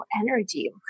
energy